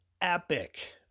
epic